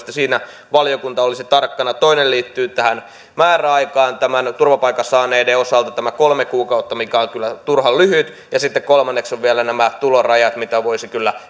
että siinä valiokunta olisi tarkkana toinen liittyy määräaikaan turvapaikan saaneiden osalta tämä kolme kuukautta mikä on kyllä turhan lyhyt sitten kolmanneksi on vielä nämä tulorajat mitkä voisivat kyllä